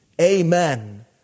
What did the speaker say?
Amen